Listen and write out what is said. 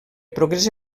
progrés